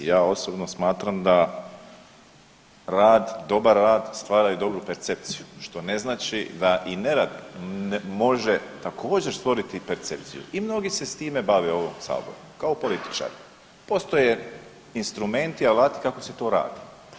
Ja osobno smatram da rad, dobar rad stvara i dobru percepciju, što ne znači da i nerad može također stvoriti percepciju i mnogi se s time bave u ovom saboru kao političari, postoje instrumenti i alati kako se to radi.